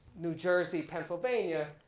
new jersey, pennsylvania,